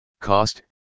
cost